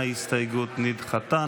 ההסתייגות נדחתה.